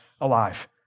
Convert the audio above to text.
alive